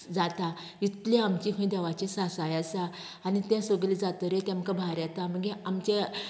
जाता इतले आमची खंय देवाची सासाय आसा आनी तें सगलें जातगीर तेमकां भार येता मागीर आमचे